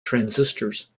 transistors